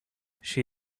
she